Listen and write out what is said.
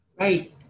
Right